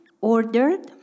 ordered